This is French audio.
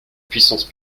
puissance